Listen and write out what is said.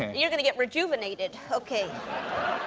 you're going to get rejuvenated. okay.